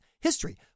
history